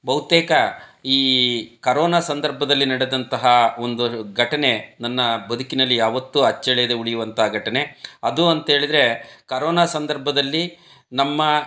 ಬಹುತೇಕ ಈ ಕರೋನ ಸಂದರ್ಭದಲ್ಲಿ ನಡೆದಂತಹ ಒಂದು ಘಟನೆ ನನ್ನ ಬದುಕಿನಲ್ಲಿ ಯಾವಾತ್ತೂ ಅಚ್ಚಳಿಯದೆ ಉಳಿಯುವಂಥ ಘಟನೆ ಅದು ಅಂತೇಳಿದರೆ ಕರೋನ ಸಂದರ್ಭದಲ್ಲಿ ನಮ್ಮ